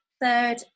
third